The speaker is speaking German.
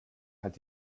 hat